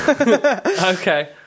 Okay